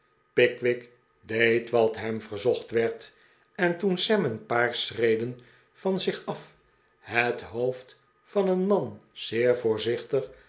pickwick deed wat hem verzocht werd r en toen sam een paar schreden van zich af het hoofd van een man zeer voorzichtig